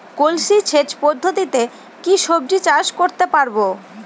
কলসি সেচ পদ্ধতিতে কি সবজি চাষ করতে পারব?